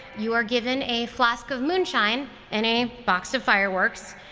you are given a flask of moonshine and a box of fireworks,